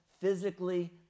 physically